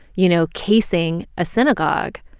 you know, casing a synagogue,